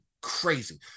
crazy